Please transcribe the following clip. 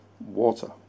Water